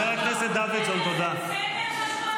מאפיונר.